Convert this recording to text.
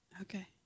Okay